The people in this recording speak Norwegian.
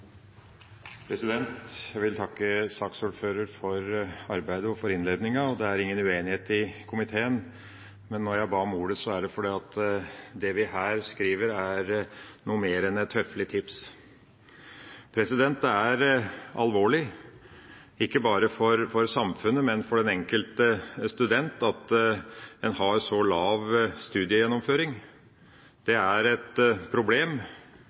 ingen uenighet i komiteen, men når jeg ba om ordet, er det fordi det vi her skriver, er noe mer enn et høflig tips. Det er alvorlig, ikke bare for samfunnet, men for den enkelte student, at en har så lav studiegjennomføring. Det er et problem,